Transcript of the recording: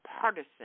partisan